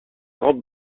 grande